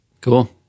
cool